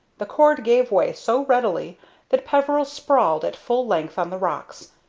the cord gave way so readily that peveril sprawled at full length on the rocks,